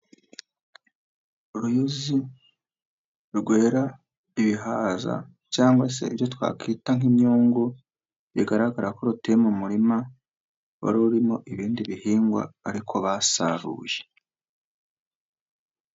Uruyuzi rwera ibihaza cyangwa se ibyo twakwita nk'imyungu, bigaragara ko ruteye mu murima, wari urimo ibindi bihingwa ariko basaruye.